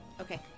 Okay